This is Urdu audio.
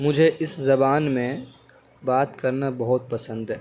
مجھے اس زبان میں بات کرنا بہت پسند ہے